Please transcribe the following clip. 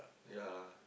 yea